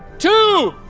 two,